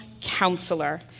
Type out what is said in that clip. counselor